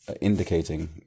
indicating